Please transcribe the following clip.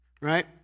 right